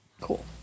Cool